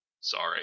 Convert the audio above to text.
Sorry